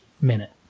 minute